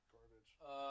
Garbage